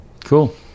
cool